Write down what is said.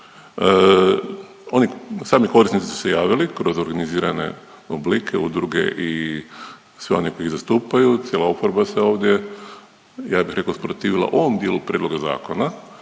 sami korisnicu su se javili kroz organizirane oblike udruge i sve one koji ih zastupaju, cijela oporba se ovdje ja bih rekao usprotivila ovom dijelu prijedloga zakona,